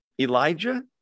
Elijah